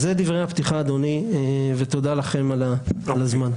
אלה דברי הפתיחה, אדוני, ותודה לכם על הזמן.